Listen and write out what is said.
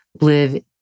live